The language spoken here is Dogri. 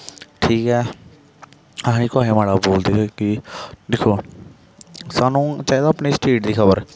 ठीक ऐ असें कुसै गी माड़ा बोलदे कि दिक्खो सानूं चाहिदा अपने स्टेट दी खब़र